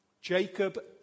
Jacob